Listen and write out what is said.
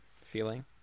feeling